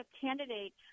candidate